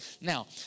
Now